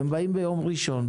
והם באים ביום ראשון,